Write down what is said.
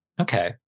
Okay